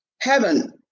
heaven